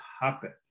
happen